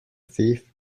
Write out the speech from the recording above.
thief